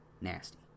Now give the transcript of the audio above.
nasty